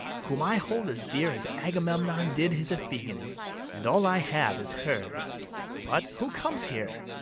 whom i hold as dear as agamemnon did his iphigen and all i have is hers but who comes here?